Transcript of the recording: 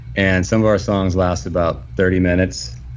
and some of our songs lasts about thirty minutes,